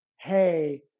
Hey